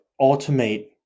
automate